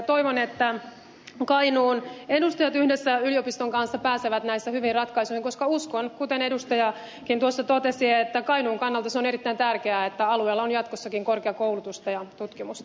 toivon että kainuun edustajat yhdessä yliopiston kanssa pääsevät näissä hyviin ratkaisuihin koska uskon kuten edustajakin tuossa totesi että kainuun kannalta se on erittäin tärkeää että alueella on jatkossakin korkeakoulutusta ja tutkimusta